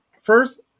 First